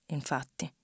Infatti